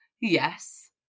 Yes